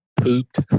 pooped